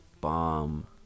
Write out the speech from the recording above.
bomb